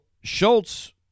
Schultz